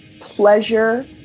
pleasure